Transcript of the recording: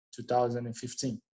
2015